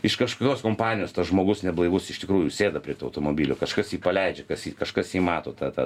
iš kažkokios kompanijos tas žmogus neblaivus iš tikrųjų sėda prie to automobilio kažkas jį paleidžia kas jį kažkas jį mato tą tą